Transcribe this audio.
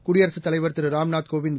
குடியரசுத் தலைவர் திருராம்நாத் கோவிந்த்